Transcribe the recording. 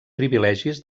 privilegis